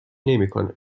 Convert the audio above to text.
نمیکنه